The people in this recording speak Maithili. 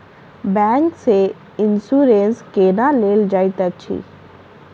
बैंक सँ इन्सुरेंस केना लेल जाइत अछि